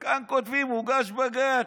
אבל כאן כותבים: הוגש בג"ץ.